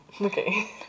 Okay